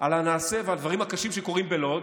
על הנעשה ועל הדברים הקשים שקורים בלוד,